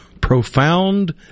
profound